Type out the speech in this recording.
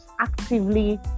actively